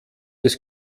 des